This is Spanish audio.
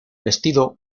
vestido